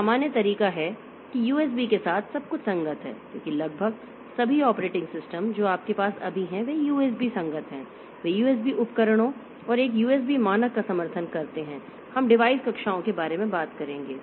तो सामान्य तरीका है कि USB के साथ सब कुछ संगत है क्योंकि लगभग सभी ऑपरेटिंग सिस्टम जो आपके पास अभी हैं वे USB संगत हैं वे USB उपकरणों और एक USB मानक का समर्थन करते हैं हम डिवाइस कक्षाओं के बारे में बात करेंगे